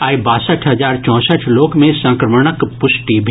आइ बासठि हजार चौंसठि लोक मे संक्रमणक पुष्टि भेल